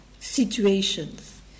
situations